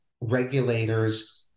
regulators